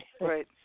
right